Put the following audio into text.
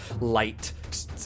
light